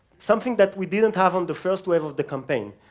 something that we didn't have on the first wave of the campaign.